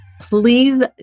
please